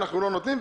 אנחנו לא נותנים,